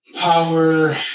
power